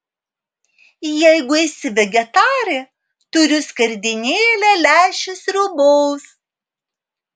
jeigu esi vegetarė turiu skardinėlę lęšių sriubos